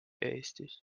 eestis